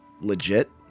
Legit